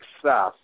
success